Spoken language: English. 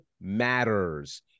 matters